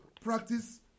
practice